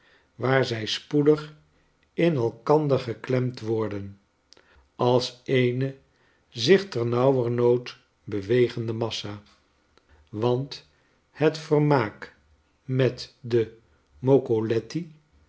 waar zij spoedig in elkander geklemd worden als eene zich ternauwernood bewegende massa want het vermaak met de